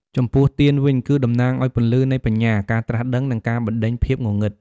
ចំពោះទៀនវិញ គឺតំណាងឱ្យពន្លឺនៃបញ្ញា ការត្រាស់ដឹង និងការបណ្ដេញភាពងងឹត។